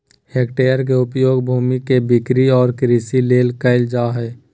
hectare के उपयोग भूमि के बिक्री और कृषि ले कइल जाय हइ